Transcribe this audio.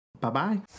Bye-bye